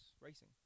racing